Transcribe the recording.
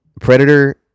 Predator